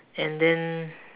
and then